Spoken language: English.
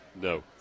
No